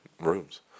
rooms